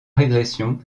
régression